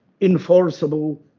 enforceable